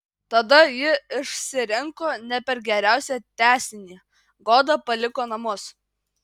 tada ji išsirinko ne per geriausią tęsinį goda paliko namus